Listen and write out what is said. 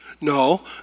No